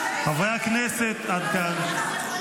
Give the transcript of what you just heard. --- חברי הכנסת, עד כאן.